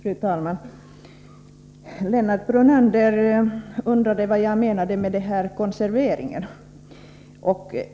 Fru talman! Lennart Brunander undrade vad jag menade med uttrycket ”konserverat”.